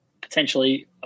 potentially